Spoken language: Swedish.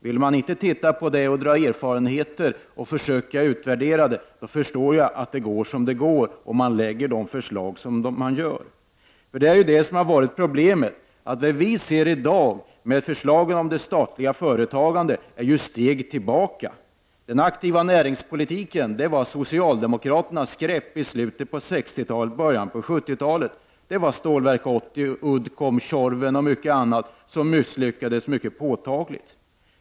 Vill man inte se vad som händer eller inhämta erfarenheter och försöka utvärda den utvecklingen, förstår jag att det går som det går, att man lägger fram sådana förslag som man gör. Det är det som har varit ett problem. Vad vi ser i dag när det gäller förslagen om det statliga företagandet kan betecknas som steg tillbaka. Den aktiva näringspolitiken var socialdemokraternas grepp i slutet av 60-talet och i början av 70-talet. Det var Stålverk 80, Uddcomb, Tjorven och många andra verksamheter som misslyckades mycket påtagligt.